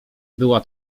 była